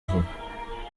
vuba